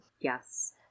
Yes